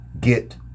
get